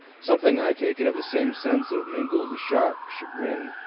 something, i take it, of the same sense of mingled shock, chagrin,